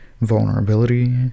vulnerability